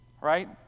Right